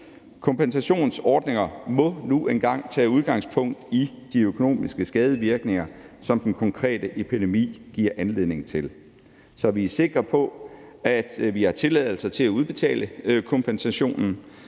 Kompensationsordninger må nu engang tage udgangspunkt i de økonomiske skadevirkninger, som den konkrete epidemi giver anledning til, så vi er sikre på, at vi har tilladelser til at udbetale kompensationen,